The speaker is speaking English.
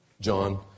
John